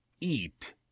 eat